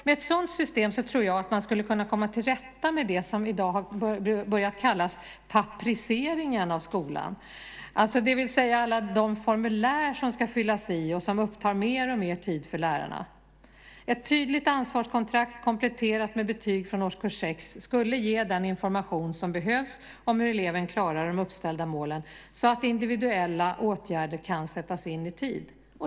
Med ett sådant system tror jag att man skulle kunna komma till rätta med det som i dag har börjat kallas "papperiseringen" av skolan, det vill säga alla de formulär som ska fyllas i och som upptar mer och mer tid för lärarna. Ett tydligt ansvarskontrakt kompletterat med betyg från årskurs 6 skulle ge den information som behövs om hur eleven klarar de uppställda målen så att individuella åtgärder kan sättas in i tid.